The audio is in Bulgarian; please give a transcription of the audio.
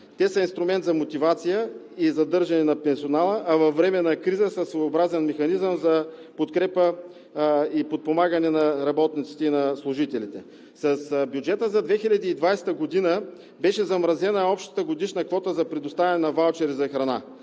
Те са инструмент за мотивация и задържане на персонала, а във време на криза са своеобразен механизъм за подкрепа и подпомагане на работниците и служителите. С бюджета за 2020 г. беше замразена общата годишна квота за предоставяне на ваучери за храна